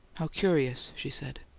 how curious! she said.